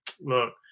Look